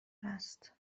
هست